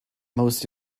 most